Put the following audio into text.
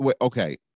Okay